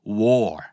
war